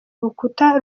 rukuta